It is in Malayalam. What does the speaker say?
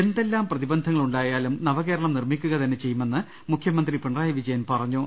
എന്തെല്ലാം പ്രതിബന്ധങ്ങൾ ഉണ്ടായാലും നവകേരളം നിർമി ക്കുക തന്നെ ചെയ്യുമെന്ന് മുഖ്യമന്ത്രി പിണറായി വിജയൻ പറ ഞ്ഞു